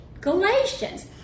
Galatians